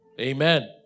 Amen